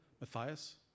Matthias